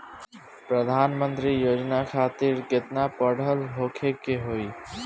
प्रधानमंत्री योजना खातिर केतना पढ़ल होखे के होई?